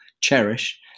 cherish